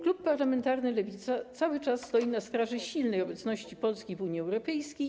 Klub Parlamentarny Lewica cały czas stoi na straży silnej obecności Polski w Unii Europejskiej.